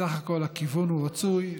סך הכול הכיוון הוא רצוי,